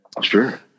sure